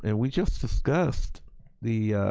and we just discussed the,